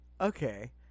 Okay